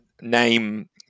name